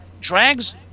drags